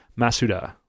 Masuda